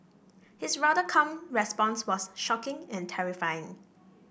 his rather calm response was shocking and terrifying